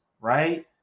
right